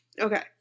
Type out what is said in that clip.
Okay